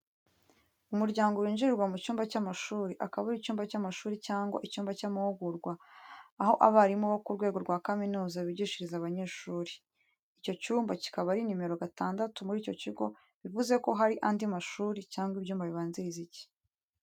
Umuryango winjirirwa mu cyumba cy’amashuri, akaba ari icyumba cy’amashuri cyangwa icyumba cy’amahugurwa, aho abarimu bo ku rwego rwa kaminuza bigishiriza abanyeshuri. Icyo cyumba kikaba ari nimero gatandatu muri icyo kigo, bivuze ko hari andi mashuri cyangwa ibyumba bibanziriza iki.